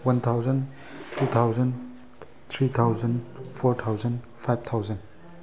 one thousand two thousand three thousand four thousand five thousand